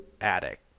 attic